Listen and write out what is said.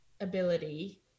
ability